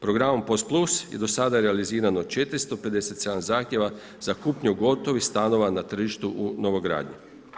Programom POS+ je do sada realizirano 457 zahtjeva za kupnju gotovih stanova na tržištu u novogradnji.